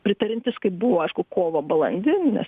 pritariantis kaip buvo aišku kovą balandį nes